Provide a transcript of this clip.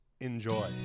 Enjoy